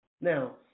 Now